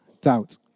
doubt